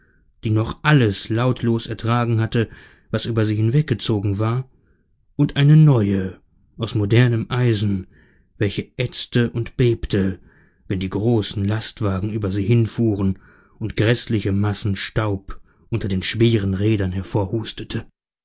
die noch alles lautlos ertragen hatte was über sie hinweggezogen war und eine neue aus modernem eisen welche ächzte und bebte wenn die großen lastwagen über sie hin fuhren und gräßliche massen staub unter den schweren rädern